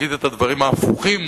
יגיד את הדברים ההפוכים,